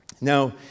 Now